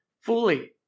fully